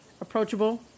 approachable